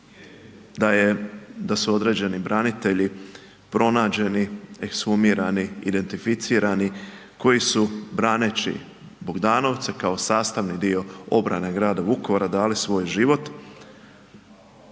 da su određeni branitelji pronađeni ekshumirani, identificirani koji su braneći Bogdanovce kao sastavni dio obrane grada Vukovara dali svoj život,